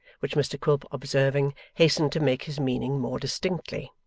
which mr quilp observing, hastened to make his meaning more distinctly.